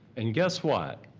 and guess what,